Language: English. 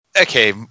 okay